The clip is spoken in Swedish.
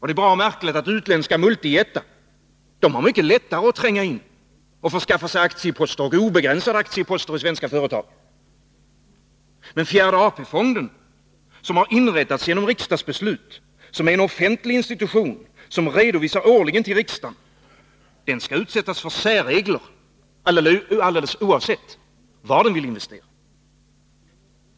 Det är bara märkligt att utländska multijättar har mycket lättare att tränga in och skaffa sig aktieposter — och obegränsade aktieposter — i svenska företag. Men fjärde AP-fonden, som har inrättats genom riksdagsbeslut och som är en offentlig institution, vilken redovisar årligen till riksdagen, skall utsättas för särregler, alldeles oavsett var den vill investera.